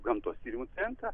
gamtos tyrimų centrą